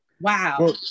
Wow